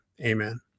Amen